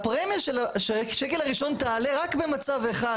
הפרמיה של השקל הראשון תעלה רק במצב אחד,